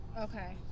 okay